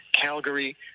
Calgary